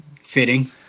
Fitting